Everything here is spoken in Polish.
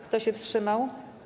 Kto się wstrzymał?